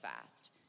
fast